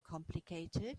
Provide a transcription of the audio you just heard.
complicated